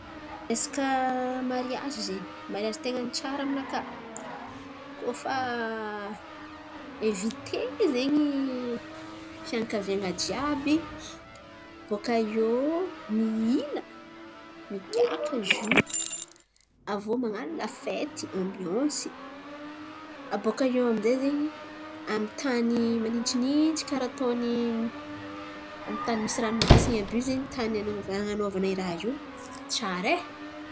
Resaka mariazy zen̈y, mariazy ten̈a ny tsara aminakà, koa fa ainvite zen̈y fianakavian̈a jiàby bòka iô mihina, migiaka zÿ aviô man̈ano lafety, ambiansy. Abôkaiô aminjay zen̈y amin'ny tany manintsinintsy karà ataony amin'ny tany misy ranomasin̈y àby io zen̈y tany an̈anaovan̈a n̈anaovan̈a i raha io tsara e.